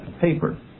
paper